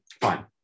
Fine